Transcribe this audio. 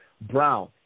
Brown